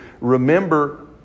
Remember